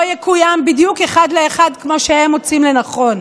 לא יקוים בדיוק אחד לאחד כמו שהם מוצאים לנכון.